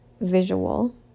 visual